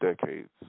decades